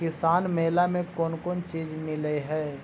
किसान मेला मे कोन कोन चिज मिलै है?